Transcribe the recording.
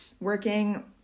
working